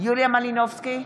יוליה מלינובסקי,